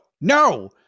No